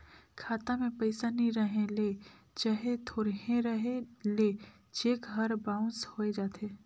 खाता में पइसा नी रहें ले चहे थोरहें रहे ले चेक हर बाउंस होए जाथे